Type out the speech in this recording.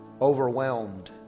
overwhelmed